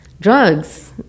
drugs